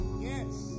Yes